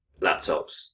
laptops